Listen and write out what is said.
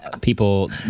people